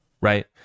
right